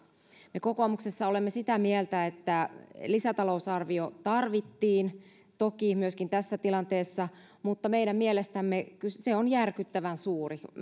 me kokoomuksessa olemme sitä mieltä että lisätalousarvio tarvittiin toki myöskin tässä tilanteessa mutta meidän mielestämme se on järkyttävän suuri